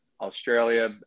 Australia